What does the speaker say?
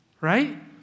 right